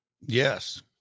Yes